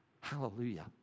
Hallelujah